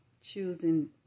choosing